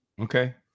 Okay